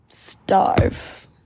starve